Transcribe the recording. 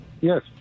Yes